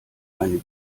eine